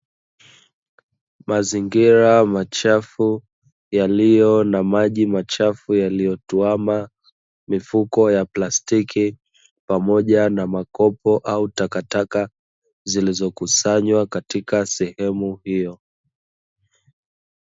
Mazingira machafu yaliyo na maji machafu yaliyotuama, mifuko ya plastiki, pamoja na makopo au takataka zilizokusanywa katika sehemu hiyo.